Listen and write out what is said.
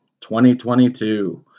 2022